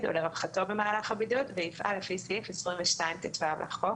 ולרווחתו במהלך הבידוד ויפעל לפי סעיף 22טו לחוק.